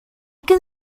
can